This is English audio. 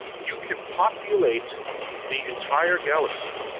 you can populate the entire galaxy